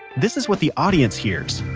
this is what the audience hears